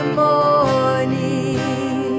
morning